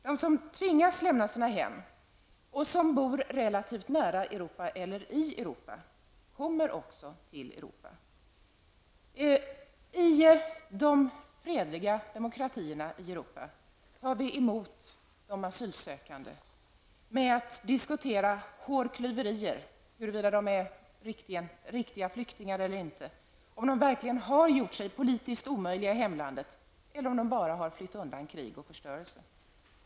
De som tvingas lämna sina hem och som bor relativt nära Europa, eller i Europa, kommer också till Europa. I de fredliga demokratierna i Europa tar vi emot de asylsökande med att diskutera hårklyverier huruvida de är riktiga flyktingar eller inte, om de verkligen har gjort sig politiskt omöjliga i hemlandet eller om de bara har flytt undan krig och förstörelse.